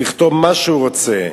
לכתוב מה שהוא רוצה.